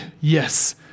yes